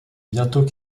bientôt